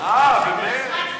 אתה יודע, אה, באמת.